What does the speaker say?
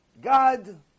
God